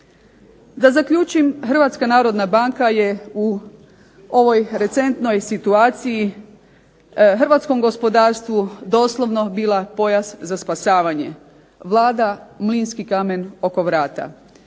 Da zaključim HNB je u ovoj recentnoj situaciji hrvatskom gospodarstvu doslovno bila pojas za spašavanje, Vlada mlinski kamen oko vrata.